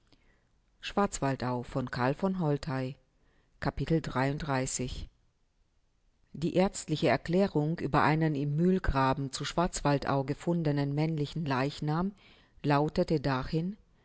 capitel die ärztliche erklärung über einen im mühlgraben zu schwarzwaldau gefundenen männlichen leichnam lautete dahin